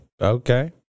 Okay